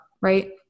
Right